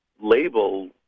label